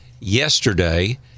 yesterday